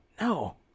No